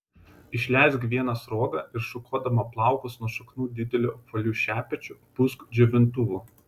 išleisk vieną sruogą ir šukuodama plaukus nuo šaknų dideliu apvaliu šepečiu pūsk džiovintuvu